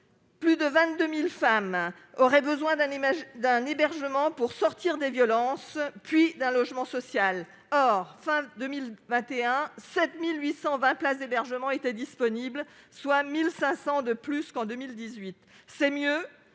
Plus de 22 000 femmes auraient besoin d'un hébergement pour sortir des violences, puis d'un logement social. Or, à la fin de 2021, seulement 7 820 places d'hébergement étaient disponibles, soit 1 500 de plus qu'en 2018. C'est mieux,